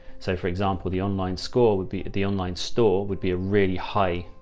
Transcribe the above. so for example, the online score would be the online store would be a really high.